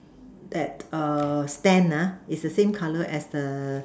that err stand ah is the same color as the